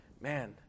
man